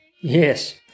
Yes